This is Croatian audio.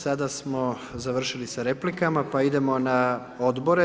Sada smo završili sa replikama, pa idemo na Odbore.